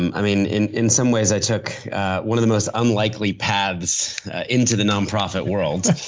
and i mean, in in some ways i took one of the most unlikely paths into the nonprofit world.